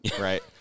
right